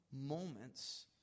moments